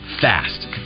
fast